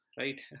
right